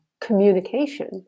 communication